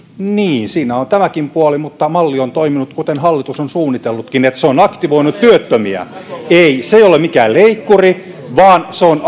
niin siinä on tämäkin puoli mutta malli on toiminut kuten hallitus on suunnitellutkin että se on aktivoinut työttömiä ei se ole mikään leikkuri vaan se on